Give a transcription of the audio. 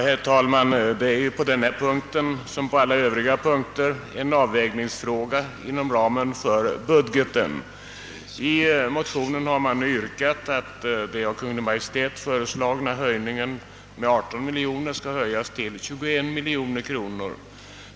Herr talman! Vi har i detta ärende liksom i alla övriga anslagsärenden vi behandlar att göra en avvägning inom ramen för budgeten. Motionärerna har yrkat på en höjning till 21 miljoner kronor i stället för den av Kungl. Maj:t föreslagna höjningen till 18 miljoner kronor.